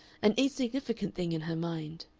an insignificant thing in her mind.